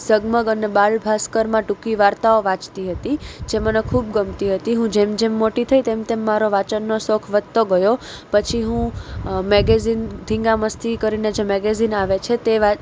ઝગમગ અને બાળ ભાસ્કરમાં ટુંકી વાર્તાઓ વાંચતી હતી જે મને ખૂબ ગમતી હતી હું જેમ જેમ મોટી થઈ તેમ તેમ મારો વાંચનનો શોખ વધતો ગયો પછી હું મેગેઝીન ધિંગામસ્તી કરીને જે મેગેઝીન આવે છે તે વા